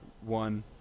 one